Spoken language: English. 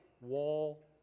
wall